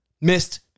Missed